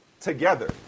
together